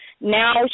Now